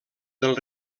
del